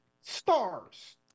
stars